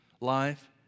life